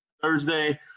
thursday